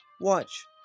Watch